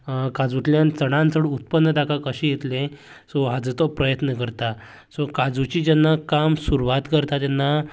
काजूंतल्यान चडांत चड उत्पन्न ताका कशें येतले सो हाजो तो प्रयत्न करता सो काजूचें जेन्ना काम सुरवात करता तेन्ना